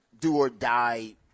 do-or-die